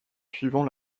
suivant